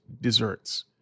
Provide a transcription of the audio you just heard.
desserts